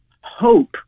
hope